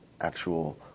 actual